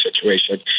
situation